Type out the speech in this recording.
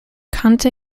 conte